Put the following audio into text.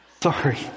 sorry